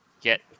get